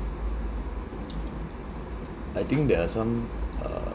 I think there are some uh uh